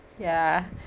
ya